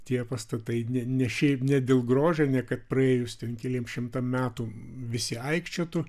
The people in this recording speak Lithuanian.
tie pastatai ne šiaip ne dėl grožio ne kad praėjus keliems šimtam metų visi aikčiotų